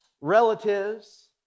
relatives